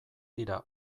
dira